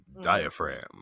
Diaphragm